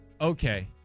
okay